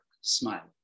smile